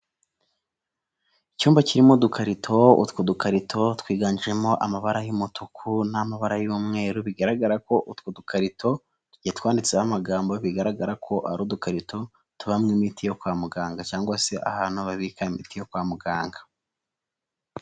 Icyumba kirimo udukarito, utwo dukarito twiganjemo amabara y'umutuku n'amabara y'umweru, bigaragara ko utwo dukarito tugiye twanditseho amagambo, bigaragara ko ari udukarito tubamo imiti yo kwa muganga cyangwa se ahantu babika imiti yo kwa muganga.